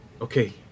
okay